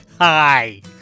Hi